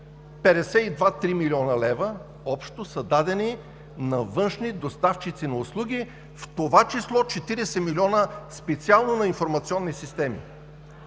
53 млн. лв. общо са дадени на външни доставчици на услуги, в това число 40 милиона специално на „Информационни системи“.